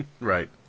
Right